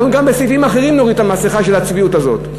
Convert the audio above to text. אנחנו גם בסעיפים אחרים נוריד את המסכה של הצביעות הזאת.